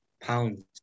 pounds